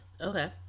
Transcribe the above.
okay